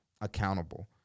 accountable